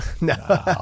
no